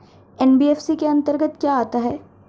NBFC के अंतर्गत क्या आता है?